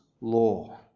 law